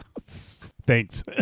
Thanks